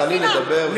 תעלי לדבר ותגידי.